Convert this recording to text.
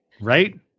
Right